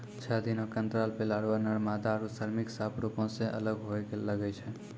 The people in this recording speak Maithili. छः दिनो के अंतराल पे लारवा, नर मादा आरु श्रमिक साफ रुपो से अलग होए लगै छै